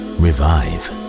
revive